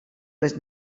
les